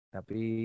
Tapi